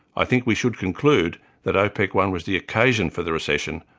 i think we should conclude that opec one was the occasion for the recession,